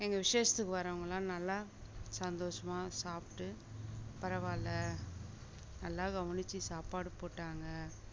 எங்க விஷேஸத்துக்கு வரவங்களாம் நல்லா சந்தோஷமாக சாப்பிட்டு பரவாயில்ல நல்லா கவனிச்சி சாப்பாடு போட்டாங்க